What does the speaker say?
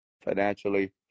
financially